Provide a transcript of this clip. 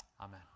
Amen